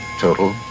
Total